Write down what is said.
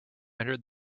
entered